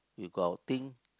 we go outing